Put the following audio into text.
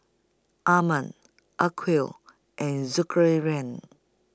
Iman Aqil and Zulkarnain